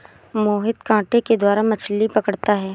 मोहित कांटे के द्वारा मछ्ली पकड़ता है